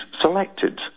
selected